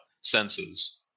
senses